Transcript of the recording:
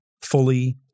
fully